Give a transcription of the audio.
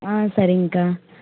ஆ சரிங்கக்கா